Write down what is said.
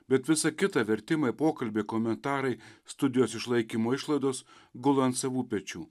bet visa kita vertimai pokalbiai komentarai studijos išlaikymo išlaidos gula ant savų pečių